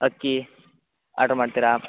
ಅಕ್ಕಿ ಆರ್ಡ್ರು ಮಾಡ್ತೀರಾ